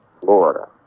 Florida